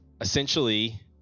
essentially